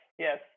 Yes